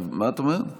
כל השכל נמצא כאן.